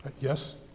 Yes